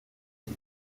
qui